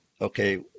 okay